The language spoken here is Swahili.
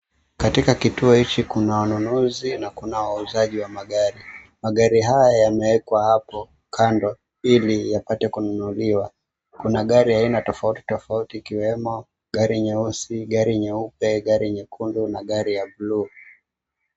Katika kituo hiki kuna wanunuzi na kuna wauzaji wa magari, magari haya yamewekwa hapo kando ili yapate kununuliwa. Kuna gari aina tofauti tofauti, ikiwemo gari nyeusi, gari nyeupe, gari nyekundu na gari ya buluu.